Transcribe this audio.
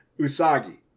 Usagi